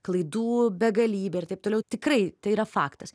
klaidų begalybė ir taip toliau tikrai tai yra faktas